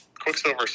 Quicksilver